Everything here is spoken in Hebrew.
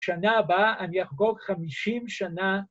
‫שנה הבאה אני אחגוג 50 שנה.